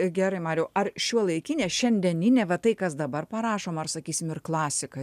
gerai mariau ar šiuolaikinė šiandieninė va tai kas dabar parašoma ar sakysim ir klasika